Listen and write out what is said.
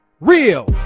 Real